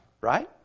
Right